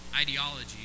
ideology